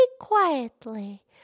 quietly